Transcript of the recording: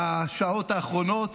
בשעות האחרונות